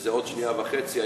שזה עוד שנייה וחצי.